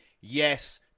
yes